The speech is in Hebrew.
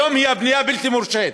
היום היא בנייה בלתי מורשית,